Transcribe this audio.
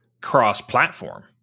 cross-platform